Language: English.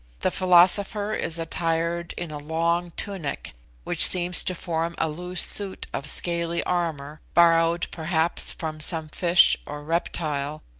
the philosopher is attired in a long tunic which seems to form a loose suit of scaly armour, borrowed, perhaps, from some fish or reptile,